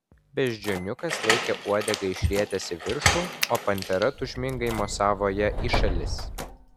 beždžioniukas laikė uodegą išrietęs į viršų o pantera tūžmingai mosavo ja į šalis